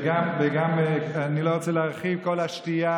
וגם, אני לא רוצה להרחיב, כל השתייה